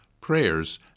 prayers